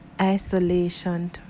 isolation